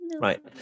right